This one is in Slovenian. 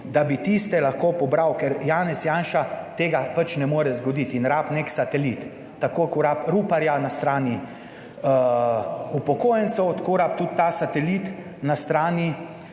da bi tiste lahko pobral, ker Janez Janša tega pač ne more zgoditi in rabi nek satelit, tako ko rabi Ruparja na strani upokojencev, tako rabi tudi ta satelit na strani